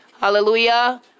Hallelujah